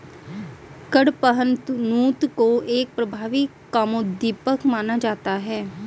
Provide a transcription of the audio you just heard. कडपहनुत को एक प्रभावी कामोद्दीपक माना जाता है